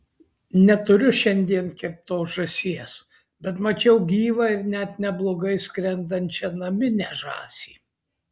neturiu šiandien keptos žąsies bet mačiau gyvą ir net neblogai skrendančią naminę žąsį